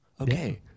Okay